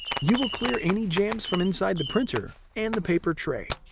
you will clear any jams from inside the printer and the paper tray.